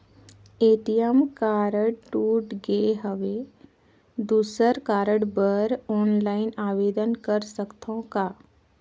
ATM card टूट गे हववं दुसर कारड बर ऑनलाइन आवेदन कर सकथव का?